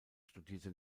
studierte